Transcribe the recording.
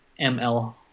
ML